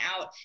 out